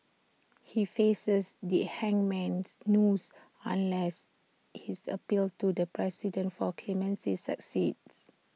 he faces the hangman's noose unless his appeal to the president for clemency succeeds